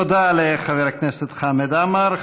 תודה לחבר הכנסת חמד עמאר.